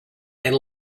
and